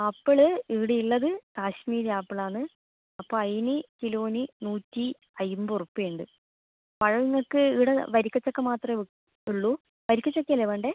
apple ഇവിടെയുള്ളത് കാശ്മീരി ആപ്പിളാണ് അപ്പം അതിന് കിലോന് നൂറ്റി അമ്പത് റുപ്പിയ ഉണ്ട് പഴങ്ങൾക്ക് ഇവിടെ വരിക്ക ചക്ക മാത്രമേ ഉ ഉള്ളു വരിക്ക ചക്കയല്ലേ വേണ്ടേ